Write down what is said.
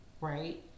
right